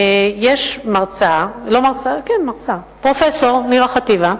יש מרצה, פרופסור נירה חטיבה,